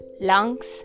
lungs